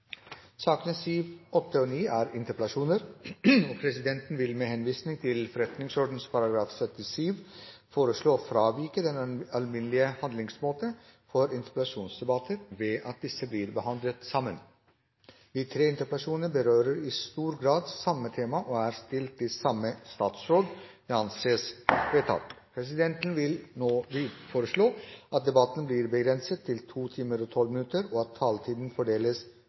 Sakene nr. 7, 8 og 9 er interpellasjoner. Disse tre interpellasjonene berører i stor grad samme tema og er stilt til samme statsråd. Presidenten vil med henvisning til forretningsordenens § 77 foreslå å fravike den alminnelige behandlingsmåte for interpellasjonsdebatter ved at disse interpellasjonene blir behandlet sammen. – Det anses vedtatt. Presidenten vil foreslå at debatten blir begrenset til 2 timer og 12 minutter, og at taletiden fordeles